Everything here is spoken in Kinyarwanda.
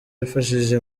wafashije